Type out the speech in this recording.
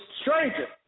stranger